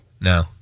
No